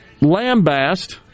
lambast